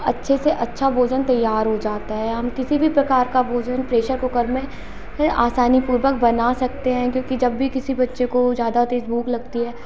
अच्छे से अच्छा भोजन तैयार हो जाता है हम किसी भी प्रकार का भोजन प्रेशर कुकर में फिर आसानी पूर्वक बना सकते हैं क्योंकि जब भी किसी बच्चे को ज्यादा तेज भूख लगती है